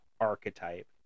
archetype